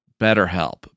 BetterHelp